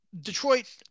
Detroit